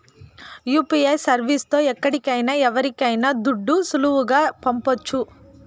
UPI service తో ఎక్కడికైనా ఎవరికైనా దుడ్లు సులువుగా పంపొచ్చు